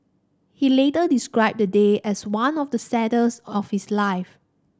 he later described the day as one of the saddest of his life